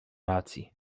racji